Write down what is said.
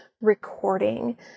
recording